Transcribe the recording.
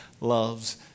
loves